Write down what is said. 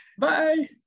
Bye